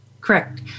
Correct